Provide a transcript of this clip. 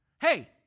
Hey